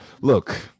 Look